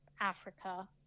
Africa